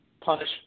punish